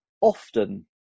often